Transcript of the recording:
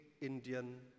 Indian